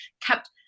kept